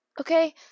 Okay